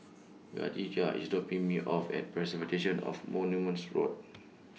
Kadijah IS dropping Me off At Preservation of Monuments Board